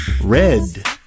Red